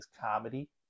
comedy